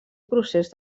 procés